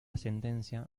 sentencia